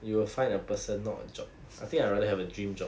you will find a person not a job I think I rather have a dream job